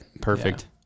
Perfect